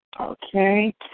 Okay